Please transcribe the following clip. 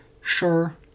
Sure